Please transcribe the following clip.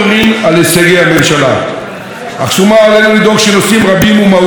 אך שומה עלינו לדאוג לנושאים רבים ומהותיים שעדיין ממתינים לטיפול מהיר,